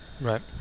right